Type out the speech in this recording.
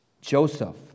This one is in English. Joseph